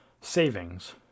savings